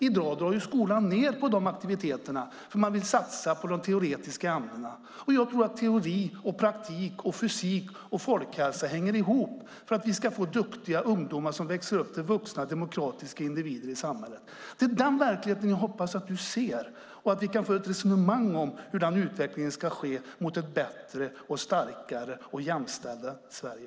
I dag drar skolan ned på dessa aktiviteter eftersom man vill satsa på de teoretiska ämnena. Jag tror att teori, praktik, fysik och folkhälsa behöver hänga ihop för att vi ska få duktiga ungdomar som växer upp till demokratiska vuxna individer i samhället. Det är den verkligheten jag hoppas att Amir Adan ser och att vi kan föra ett resonemang om hur utvecklingen ska ske mot ett bättre, starkare och mer jämställt Sverige.